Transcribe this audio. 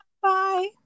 bye